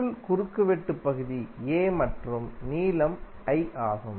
சுருள் குறுக்கு வெட்டு பகுதி A மற்றும் நீளம் l ஆகும்